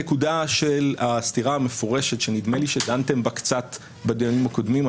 הנקודה של הסתירה המפורשת שנדמה לי שדנתם בה קצת בדיונים הקודמים.